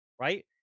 right